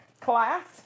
class